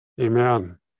Amen